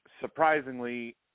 surprisingly